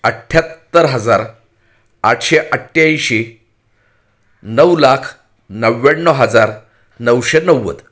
अठ्ठ्याहत्तर हजार आठशे अठ्ठ्याऐंशी नऊ लाख नव्व्याण्णव हजार नऊशे नव्वद